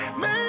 man